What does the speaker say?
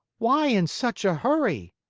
why in such a hurry?